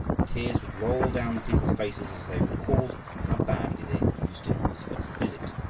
tears would roll down the people's faces as they recalled how badly they had used him on his first visit.